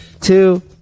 two